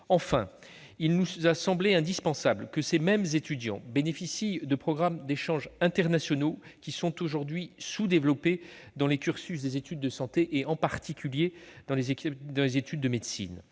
Enfin, il nous a semblé indispensable que ces mêmes étudiants bénéficient de programmes d'échanges internationaux, aujourd'hui sous-développés dans le cursus des études de santé, en particulier en médecine.